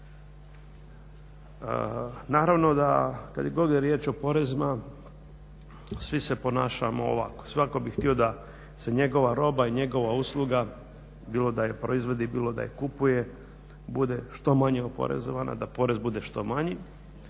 Naravno da kad god je riječ o porezima svi se ponašamo ovako, svako bi htio da se njegova roba i njegova usluga, bilo da je proizvodi bilo da je kupuje, bude što manje oporezovana, da porez bude što manji,